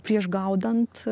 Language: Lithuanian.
prieš gaudant